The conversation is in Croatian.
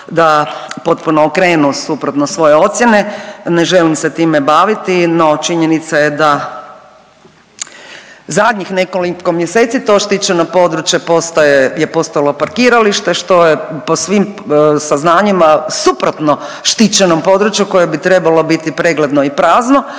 da potpuno okrenu suprotno svoje ocjene, ne želim se time baviti, no činjenica je da zadnjih nekoliko mjeseci to štićeno područje postaje, je postalo parkiralište, što je po svim saznanjima suprotno štićenom području koje bi trebalo biti pregledno i prazno